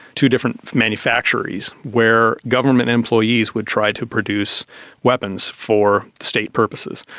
two different manufactories where government employees would try to produce weapons for state purposes,